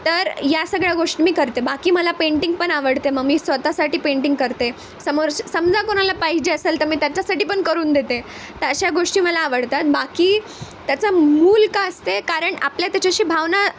तर या सगळ्या गोष्ट मी करते बाकी मला पेंटिंग पण आवडते मग मी स्वतःसाठी पेंटिंग करते समोर समजा कोणाला पाहिजे असेल तर मी त्याच्यासाठी पण करून देते तर अशा गोष्टी मला आवडतात बाकी त्याचा मूळ का असते कारण आपल्या त्याच्याशी भावना